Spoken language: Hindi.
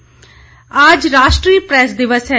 प्रेस दिवस आज राष्ट्रीय प्रेस दिवस है